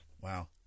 Wow